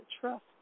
trust